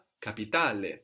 capitale